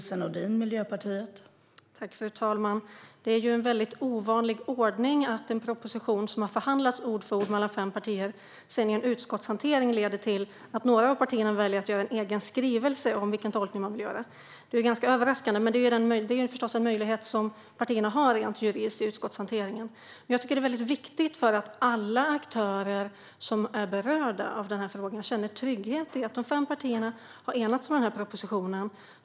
Fru talman! Det är en ovanlig ordning att en proposition som har förhandlats ord för ord mellan fem partier sedan i en utskottshantering leder till att några av partierna väljer att lägga fram en egen skrivelse om vilken tolkning man vill göra. Det är ganska överraskande, men det är naturligtvis en möjlighet som partierna har rent juridiskt i utskottshanteringen. Det är viktigt att alla parter som är berörda av frågan ska känna trygghet i att det är fem partier som har enats om propositionen.